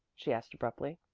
she asked abruptly.